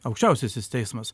aukščiausiasis teismas